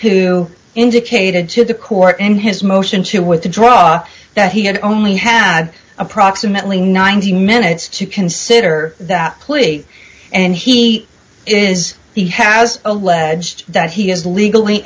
who indicated to the court in his motion to withdraw that he had only had approximately ninety minutes to consider that plea and he is he has alleged that he is legally